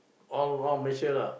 all all Malaysia lah